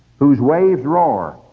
whose waves roared.